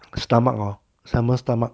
stomach hor salmon stomach